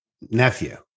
nephew